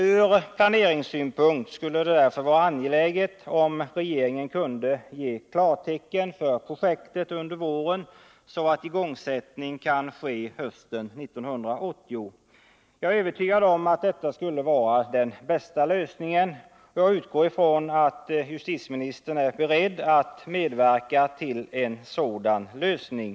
Från planeringssynpunkt skulle det därför vara angeläget om regeringen Nr 83 kunde ge klartecken för projektet under våren, så att igångsättning kan ske — Tisdagen den hösten 1980. Jag är övertygad om att detta skulle vara den bästa lösningen, 12 februari 1980 och jag utgår från att justitieministern är beredd att medverka till en sådan lösning.